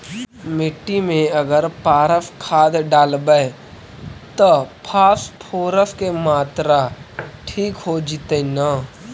मिट्टी में अगर पारस खाद डालबै त फास्फोरस के माऋआ ठिक हो जितै न?